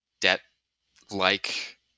debt-like